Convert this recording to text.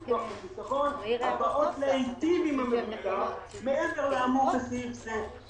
ביטוח וחיסכון הבאות להיטיב עם המבוטח מעבר לאמור בסעיף זה.